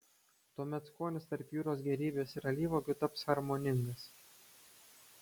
tuomet skonis tarp jūros gėrybės ir alyvuogių taps harmoningas